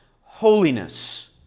holiness